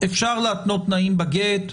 אפשר להתנות תנאים בגט,